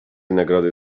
nagrody